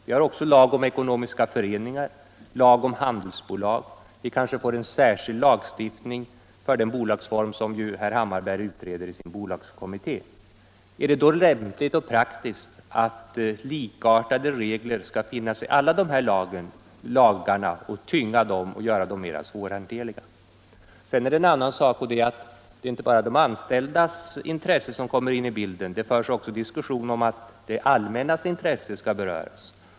Vi har också lag om ekonomiska föreningar och lag om handelsbolag. Vi kanske får en särskild lagstiftning för den bolagsform som herr Hammarberg utreder i sin bolagskommitté. Är det då lämpligt och praktiskt att likartade regler skall finnas i alla de här lagarna, tynga dem och göra dem mer svårhanterliga? En annan sak: Det är inte bara de anställdas intresse som kommer in i bilden. Det förs också diskussion om att det allmännas intresse skall beröras.